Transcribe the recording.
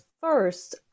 first